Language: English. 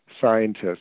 scientists